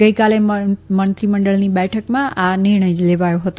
ગઈકાલે મળેલી મંત્રી મંડળની બેઠકમાં આ નિર્ણય લેવાયો હતો